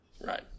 Right